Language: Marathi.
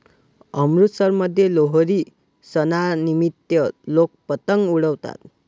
अमृतसरमध्ये लोहरी सणानिमित्त लोक पतंग उडवतात